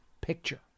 picture